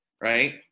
right